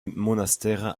monastère